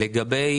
בתפן.